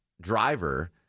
driver